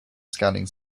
scanning